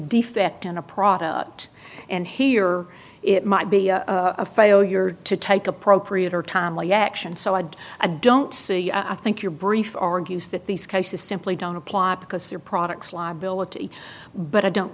defect in a product and here it might be a failure to take appropriate or timely yet action so i'd i don't see i think your brief argues that these cases simply don't apply because their products liability but i don't